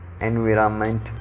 environment